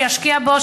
ישקיע בו.